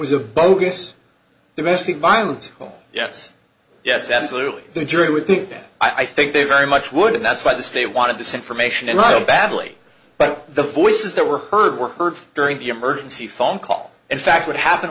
was a bogus diversity violence oh yes yes absolutely the jury would think that i think they very much would and that's why the state wanted this information and so badly but the forces that were heard were heard during the emergency phone call in fact what happened